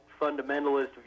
fundamentalist